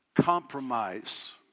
compromise